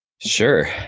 Sure